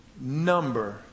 number